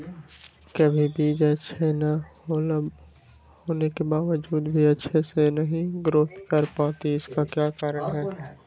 कभी बीज अच्छी होने के बावजूद भी अच्छे से नहीं ग्रोथ कर पाती इसका क्या कारण है?